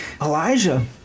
Elijah